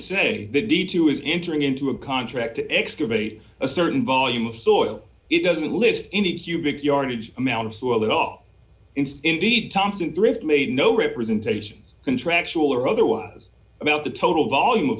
say the deed to is entering into a contract to excavate a certain volume of soil it doesn't list any hue big yardage amount of soil that all indeed thompson drift made no representations contractual or otherwise about the total volume of